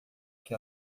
que